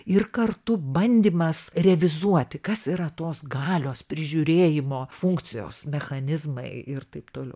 ir kartu bandymas revizuoti kas yra tos galios prižiūrėjimo funkcijos mechanizmai ir taip toliau